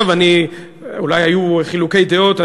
אולי היו חילוקי דעות,